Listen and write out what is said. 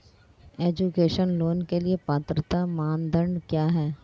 Education loan के लिए पात्रता मानदंड क्या है?